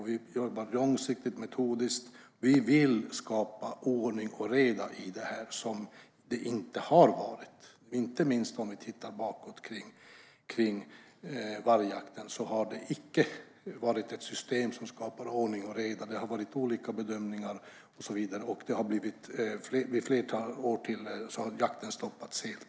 Vi jobbar långsiktigt och metodiskt. Vi vill skapa ordning och reda i det här, för det har det inte varit, inte minst om vi tittar bakåt. När det gäller vargjakten har det icke varit ett system som skapar ordning och reda. Det har varit olika bedömningar och så vidare, och flera år har jakten stoppats helt.